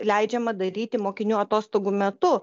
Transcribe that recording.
leidžiama daryti mokinių atostogų metu